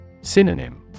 Synonym